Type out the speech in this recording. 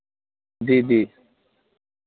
जी जी